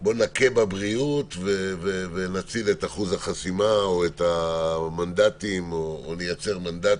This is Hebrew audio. נכה בבריאות ונציל את אחוז החסימה או את המנדטים או נייצר מנדטים.